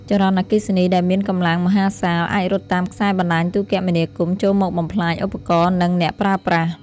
ចរន្តអគ្គិសនីដែលមានកម្លាំងមហាសាលអាចរត់តាមខ្សែបណ្តាញទូរគមនាគមន៍ចូលមកបំផ្លាញឧបករណ៍ និងអ្នកប្រើប្រាស់។